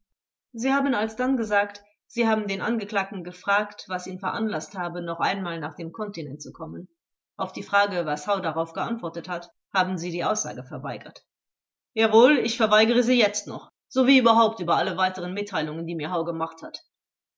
sie haben alsdann gesagt sie haben den angeklagten gefragt was ihn veranlaßt habe noch einmal nach dem kontinent zu kommen auf die frage was hau darauf geantwortet hat haben sie die aussage verweigert zeuge jawohl ich verweigere sie jetzt noch sowie überhaupt über alle weiteren mitteilungen die mir hau gemacht hat